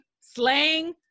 slang